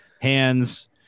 hands